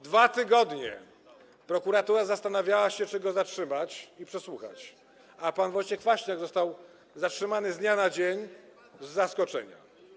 Dwa tygodnie prokuratura zastanawiała się, czy go zatrzymać i przesłuchać, a pan Wojciech Kwaśniak został zatrzymany z dnia na dzień, z zaskoczenia.